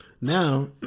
Now